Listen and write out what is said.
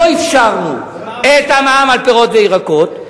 לא אפשרנו את המע"מ על פירות וירקות,